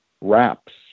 wraps